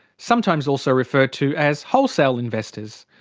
sometimes also referred to as wholesale investors.